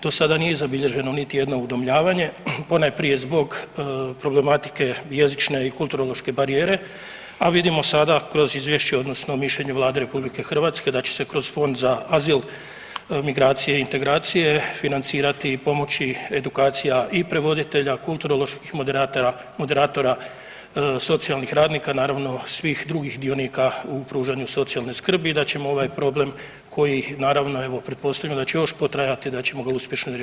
Do sada nije zabilježeno niti jedno udomljavanje, ponajprije zbog problematike jezične i kulturološke barijere, a vidimo sada kroz izvješće odnosno mišljenje Vlade RH da će se kroz Fond za azil, migracije i integracije financirati i pomoći edukacija i prevoditelja, kulturoloških moderatora, socijalnih radnika, naravno svih drugih dionika u pružanju socijalne skrbi i da ćemo ovaj problem koji naravno evo pretpostavljam da će još potrajati, te da ćemo ga uspješno rješavati.